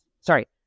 sorry